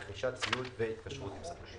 רכישת ציוד והתקשרות עם ספקים.